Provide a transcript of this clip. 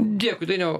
dėkui dainiau